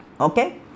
Okay